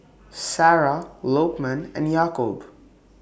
Sarah Lokman and Yaakob